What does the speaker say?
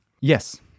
Yes